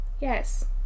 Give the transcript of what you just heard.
Yes